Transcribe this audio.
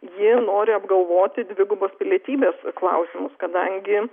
ji nori apgalvoti dvigubos pilietybės klausimus kadangi